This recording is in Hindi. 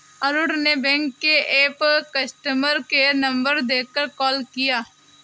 अरुण ने बैंक के ऐप कस्टमर केयर नंबर देखकर कॉल किया